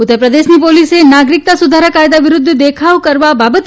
ઉત્તરપ્રદેશની પોલીસે નાગરિકતા સંશોધન કાયદા વિરૂદ્વ દેખાવો કરવા બાબતે